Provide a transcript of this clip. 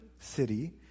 city